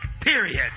Period